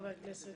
חבר הכנסת